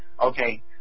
Okay